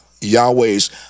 Yahweh's